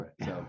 Right